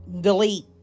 delete